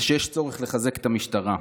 היא שיש צורך לחזק את המשטרה.